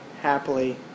happily